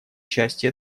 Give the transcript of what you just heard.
части